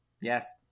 yes